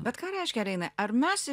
bet ką reiškia reinai ar mes